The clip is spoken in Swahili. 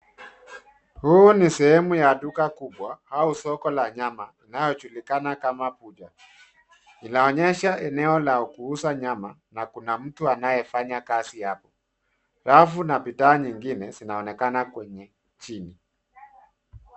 Huu ni sehemu ya duka kubwa, au soko la nyama, linalojulikana kama Butcher , inaonyesha eneo la kuuza nyama, na kuna mtu anayefanya kazi hapo. Rafu na bidhaa nyingine, zinaonekana kwenye, chini.